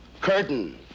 curtain